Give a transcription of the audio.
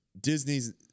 Disney's